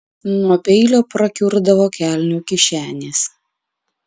nuo peilio prakiurdavo kelnių kišenės